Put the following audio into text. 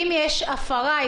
אם יש הפרה,